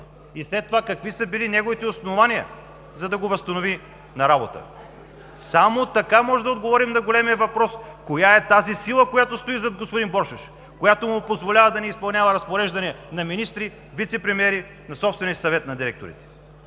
След това, какви са били неговите основания, за да го възстанови на работа? Само така можем да отговорим на големия въпрос – коя е тази сила, която стои зад господин Боршош, която му позволява да не изпълнява разпореждания на министри, вицепремиери, на собствения съвет на директорите?